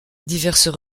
diverses